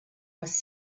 was